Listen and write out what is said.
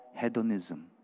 hedonism